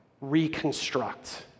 reconstruct